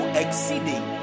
exceeding